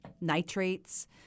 nitrates